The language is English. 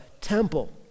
temple